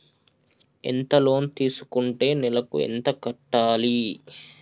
ఎంత లోన్ తీసుకుంటే నెలకు ఎంత కట్టాలి?